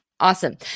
Awesome